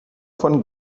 von